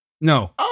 No